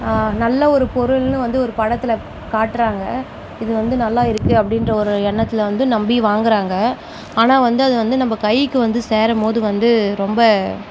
நல்ல ஒரு பொருள்னு வந்து ஒரு படத்தில் காட்டுறாங்க இது வந்து நல்லா இருக்குது அப்படின்ற ஒரு எண்ணத்தில் வந்து நம்பி வாங்குறாங்க ஆனால் வந்து அது வந்து நம்ம கைக்கு வந்து சேரும்போது வந்து ரொம்ப